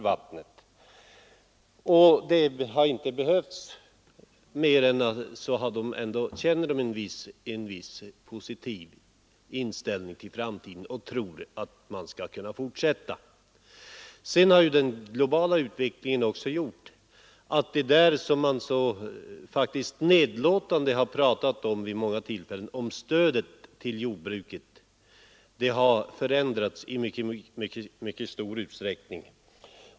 Mer har inte behövts för att de skall få en mer positiv inställning till framtiden. Sedan har den globala utvecklingen också gjort att stödet till jordbrukarna, som man vid många tillfällen har talat så nedlåtande om, har förändrats i mycket stor utsträckning.